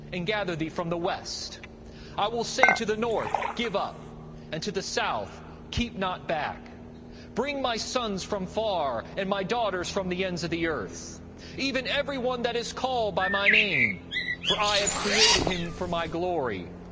and gather thee from the west i will say to the north, give up and to the south, keep not back bring my sons from far, and my daughters from the ends of the earth even every one that is called by my name for i have created him for my glory.